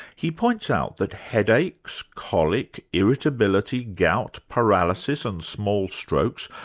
he points out that headaches, colic, irritability, gout, paralysis and small strokes,